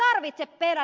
mutta ei